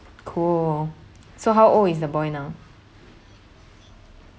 cool so how old is the boy now